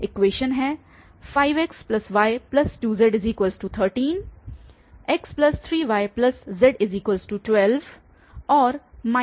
equation हैं 5xy2z13 x3yz12 और x2y4z8